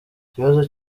ikibazo